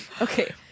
Okay